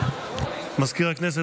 נגד מזכיר הכנסת,